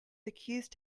accused